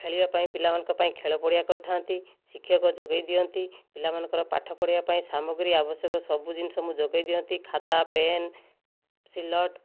ଖେଳିବା ପାଇଁ ପିଲାମାନଙ୍କ ପାଇଁ ଖେଳ ପଡ଼ିଆ କରି ଥାଆନ୍ତି ଶିକ୍ଷକ ଯୋଗାଇ ଦିଅନ୍ତି ପିଲାମାନଙ୍କର ପାଠ ପଢ଼ିବା ପାଇଁ ସାମଗ୍ରୀ ଆବଶ୍ୟକ ସବୁ ଜିନିଷ ମୁଁ ଯୋଗାଇ ଦିଅନ୍ତି ଖାତା ପେନ ସିଲଟ